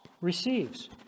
receives